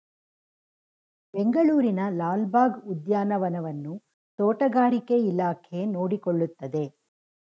ಬೆಂಗಳೂರಿನ ಲಾಲ್ ಬಾಗ್ ಉದ್ಯಾನವನವನ್ನು ತೋಟಗಾರಿಕೆ ಇಲಾಖೆ ನೋಡಿಕೊಳ್ಳುತ್ತದೆ